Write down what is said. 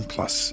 Plus